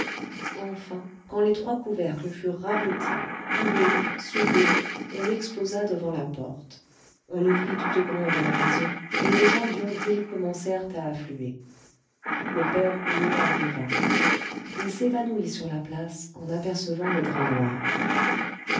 enfin quand les trois couvercles furent rabotés cloués soudés on l'exposa devant la porte on ouvrit toute grande la maison et les gens d'yonville commencèrent à affluer le père rouault arriva il s'évanouit sur la place en apercevant le drap noir